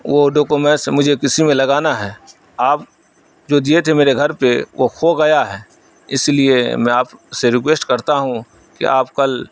وہ ڈاکومیس مجھے کسی میں لگانا ہے آپ جو دیے تھے میرے گھر پہ وہ کھو گیا ہے اس لیے میں آپ سے ریکویسٹ کرتا ہوں کہ آپ کل